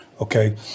okay